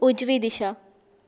उजवी दिशा